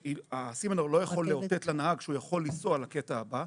והסימנור לא יכול לאותת לנהג שהוא יכול לנסוע לקטע הבא,